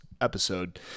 episode